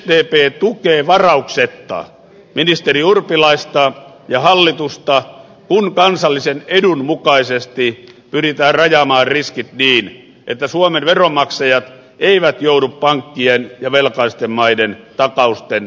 sdp tukee varauksetta ministeri urpilaista ja hallitusta kun kansallisen edun mukaisesti pyritään rajaamaan riskit niin että suomen veronmaksajat eivät joudu pankkien ja velkaisten maiden takausten maksumiehiksi